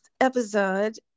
episode